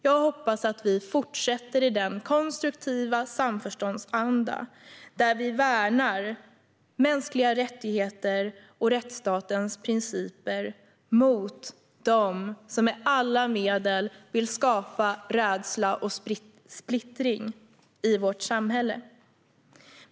Jag hoppas att vi fortsätter i denna konstruktiva samförståndsanda där vi värnar mänskliga rättigheter och rättsstatens principer mot dem som med alla medel vill skapa rädsla och splittring i vårt samhälle.